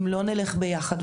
אם לא נלך ביחד,